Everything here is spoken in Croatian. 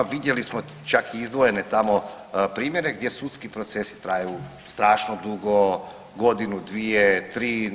Vidjeli smo čak i izdvojene tamo primjere gdje sudski procesi traju strašno dugo, godinu, dvije, tri.